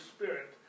Spirit